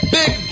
big